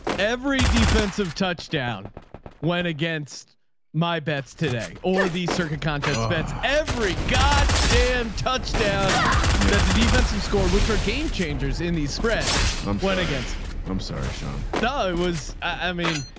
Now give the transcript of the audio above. every defensive touchdown when, against my bets today or the circuit contests, every god damn touchdown that the defensive score, which are game changers in these spreads um played against me. i'm sorry, sean. no, it was, i mean,